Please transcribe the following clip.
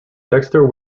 dexter